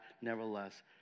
nevertheless